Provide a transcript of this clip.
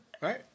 right